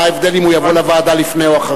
מה ההבדל אם הוא יבוא לוועדה לפני או אחרי?